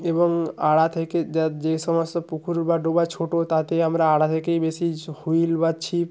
এবং আড়া থেকে যা যে সমস্ত পুকুর বা ডোবা ছোটো তাতে আমরা আড়া থেকেই বেশি হুইল বা ছিপ